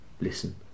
Listen